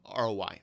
ROI